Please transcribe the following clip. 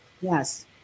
Yes